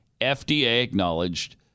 FDA-acknowledged